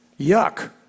Yuck